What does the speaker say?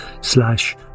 slash